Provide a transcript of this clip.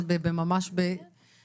באנשים שאתם רוצים לשמור עליהם.